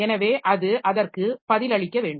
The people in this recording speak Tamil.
எனவே அது அதற்கு பதிலளிக்க வேண்டும்